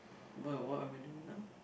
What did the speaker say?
what what am I doing now